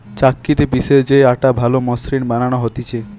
চাক্কিতে পিষে যে আটা ভালো মসৃণ বানানো হতিছে